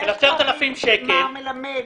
של 10,000 שקל --- מר מלמד,